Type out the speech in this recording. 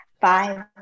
Five